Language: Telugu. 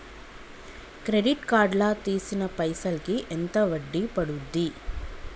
క్రెడిట్ కార్డ్ లా తీసిన పైసల్ కి ఎంత వడ్డీ పండుద్ధి?